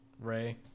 Ray